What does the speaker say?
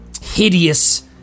hideous